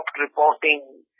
reporting